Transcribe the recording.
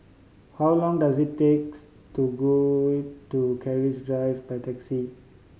how long does it takes to go to Keris Drive by taxi